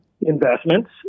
investments